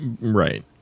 right